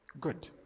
good